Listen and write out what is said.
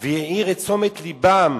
והעיר את תשומת לבם